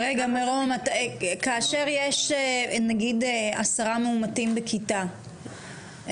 כאשר יש נגיד חמישה מאומתים בכיתה,